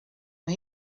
mae